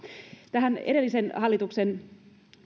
ehtii tämän edellisen hallituksen osalta